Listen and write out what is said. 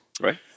right